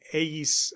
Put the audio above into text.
eis